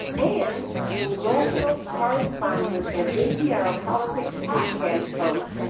and congressional correspondent and npr ah politics podcast host,